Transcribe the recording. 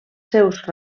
seus